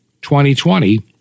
2020